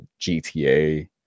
gta